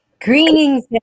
Greetings